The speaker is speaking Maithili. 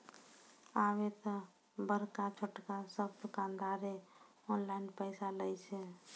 आबे त बड़का छोटका सब दुकानदारें ऑनलाइन पैसा लय छै